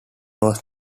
was